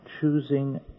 Choosing